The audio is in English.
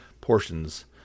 portions